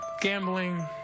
gambling